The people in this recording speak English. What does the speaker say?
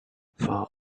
for